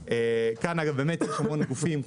כאן באמת המון גופים,